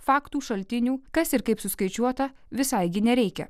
faktų šaltinių kas ir kaip suskaičiuota visai gi nereikia